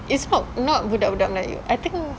it's not not budak-budak melayu I think